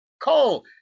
Cole